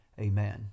amen